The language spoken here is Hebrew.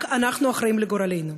רק אנחנו אחראים לגורלנו,